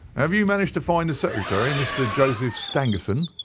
have you managed to find the secretary, mr. joseph stangerson?